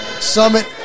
Summit